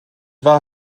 war